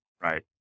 Right